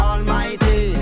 Almighty